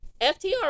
FTR